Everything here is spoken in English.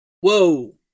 Whoa